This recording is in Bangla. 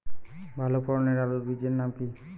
ভালো ফলনের আলুর বীজের নাম কি?